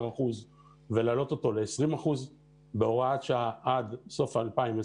ולהעלות אותו ל-20% בהוראת שעה עד סוף 2021,